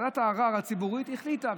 ועדת הערר הציבורית החליטה.